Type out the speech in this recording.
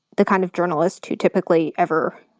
the kind of journalist who typically ever